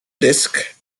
disk